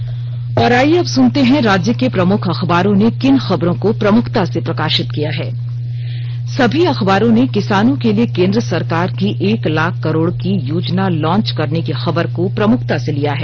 अखबारों की सुर्खियां आईये अब सुनते हैं राज्य के प्रमुख अखबारों ने किन खबरों को प्रमुखता से प्रकाशित किया है सभी अखबारों ने किसानों के लिए केन्द्र सरकार की एक लाख करोड़ की योजना लॉच करने की खबर को प्रमुखता से लिया है